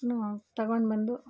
ಹ್ಞೂ ತೊಗೊಂಡ್ಬಂದು